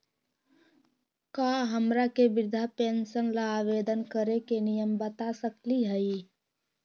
का हमरा के वृद्धा पेंसन ल आवेदन करे के नियम बता सकली हई?